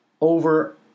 over